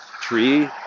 tree